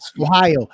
Ohio